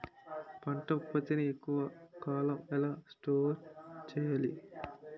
పంట ఉత్పత్తి ని ఎక్కువ కాలం ఎలా స్టోర్ చేయాలి?